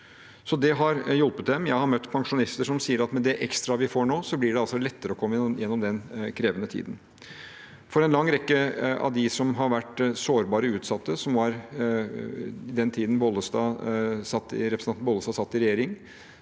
Dette har hjulpet dem. Jeg har møtt pensjonister som sier at med det ekstra de får nå, blir det lettere å komme gjennom den krevende tiden. For en lang rekke av dem som har vært sårbare og utsatte, som var fra den tiden representanten Bollestad satt i regjering,